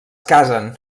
casen